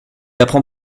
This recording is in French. apprend